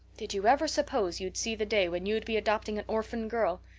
did you ever suppose you'd see the day when you'd be adopting an orphan girl?